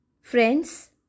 friends